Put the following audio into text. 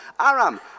Aram